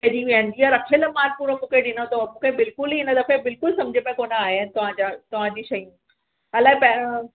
लॻी वया आहिनि जीअं रखियल माल पूरो मुखे ॾिनो तव मुंखे बिल्कुल ई हिन दफ़े बिल्कुल सम्झ में त कोन आया आहिनि तव्हांजा तव्हां जियूं शयूं अलाइ पैंरों